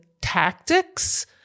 tactics